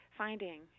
finding